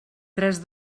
tres